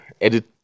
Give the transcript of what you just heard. edit